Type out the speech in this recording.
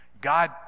God